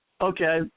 Okay